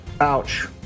Ouch